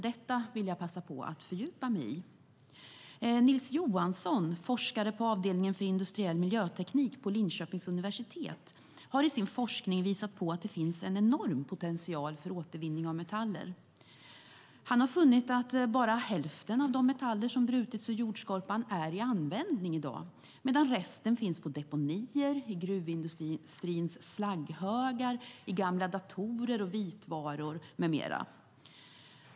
Detta vill jag passa på att fördjupa mig i. Nils Johansson, forskare på avdelningen för industriell miljöteknik vid Linköpings universitet, har i sin forskning visat på att det finns en enorm potential för återvinning av metaller. Han har funnit att bara hälften av de metaller som brutits ur jordskorpan är i användning i dag, medan resten finns på deponier, i gruvindustrins slagghögar, i gamla datorer och vitvaror med mera.